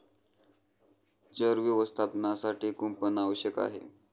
चर व्यवस्थापनासाठी कुंपण आवश्यक आहे